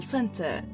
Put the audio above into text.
Center